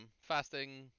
fasting